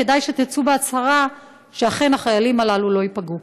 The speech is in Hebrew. כדאי שתצאו בהצהרה שאכן החיילים הללו לא ייפגעו.